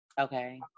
Okay